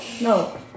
No